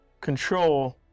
control